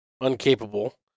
uncapable